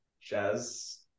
jazz